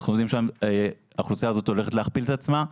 אנחנו יודעים שהאוכלוסייה הזאת עתידה להכפיל את עצמה.